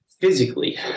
Physically